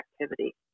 activity